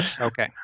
Okay